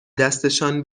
دستشان